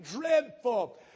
dreadful